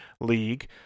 league